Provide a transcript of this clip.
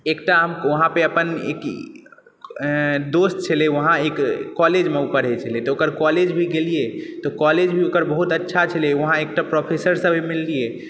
एकटा वहाँपे अपन दोस्त छलै वहाँ एक कॉलेज मे ओ पढ़ै छलै तऽ ओकर कॉलेज भी गेलियै तऽ कॉलेज भी ओकर बहुत अच्छा छलै वहाँ एकटा प्रोफेसर सँ भी मिलियै